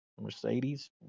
Mercedes